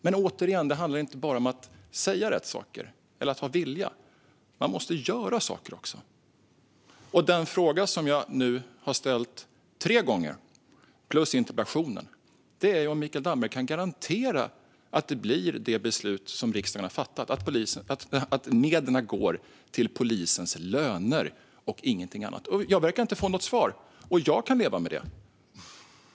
Men återigen: Det handlar inte bara om att säga rätt saker eller om att ha viljan. Man måste också göra rätt saker. Den fråga som jag nu har ställt tre gånger plus en gång i interpellationen är om Mikael Damberg kan garantera att det blir det beslut som riksdagen har fattat så att medlen går till polisens löner och ingenting annat. Jag verkar inte få något svar, och jag kan leva med det.